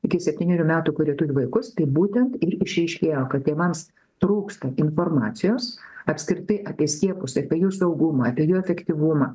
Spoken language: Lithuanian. iki septynerių metų kurie turi vaikus tai būtent ir išryškėjo kad tėvams trūksta informacijos apskritai apie skiepus apie jų saugumą apie jų efektyvumą